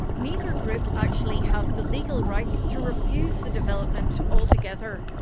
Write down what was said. neither group actually have the legal rights to refuse the development altogether.